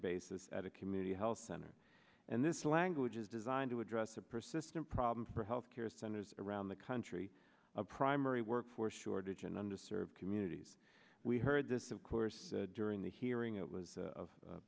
basis at a community health center and this language is designed to address a persistent problem for health care centers around the country a primary workforce shortage in under served communities we heard this of course during the hearing it was